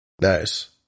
Nice